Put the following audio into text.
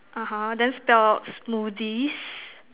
(uh huh) then spelled smoothies